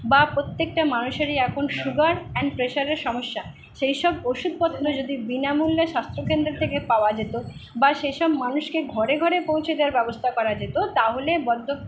বা প্রত্যেকটা মানুষেরই এখন সুগার অ্যান্ড প্রেশারের সমস্যা সেই সব ওষুধপত্র যদি বিনামূল্যে স্বাস্থ্যকেন্দ্র থেকে পাওয়া যেতো বা সে সব মানুষকে ঘরে ঘরে পৌঁছে দেওয়ার ব্যবস্থা করা যেতো তাহলে